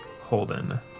Holden